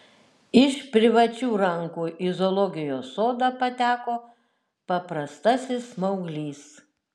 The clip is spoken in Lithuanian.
iš privačių rankų į zoologijos sodą pateko paprastasis smauglys